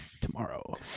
tomorrow